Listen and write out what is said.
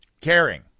Caring